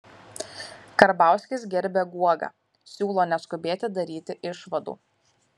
karbauskis gerbia guogą siūlo neskubėti daryti išvadų